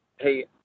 Hey